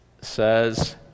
says